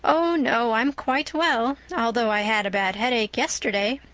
oh, no, i'm quite well although i had a bad headache yesterday,